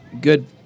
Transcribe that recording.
good